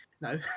No